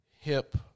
Hip